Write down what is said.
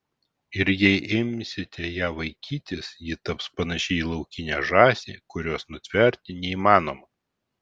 ir jei imsite ją vaikytis ji taps panaši į laukinę žąsį kurios nutverti neįmanoma